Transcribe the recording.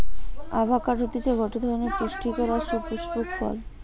avocado হতিছে গটে ধরণের পুস্টিকর আর সুপুস্পক ফল